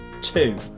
two